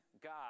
God